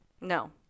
No